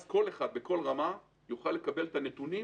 כך כל אחד בכל רמה יוכל לקבל את הנתונים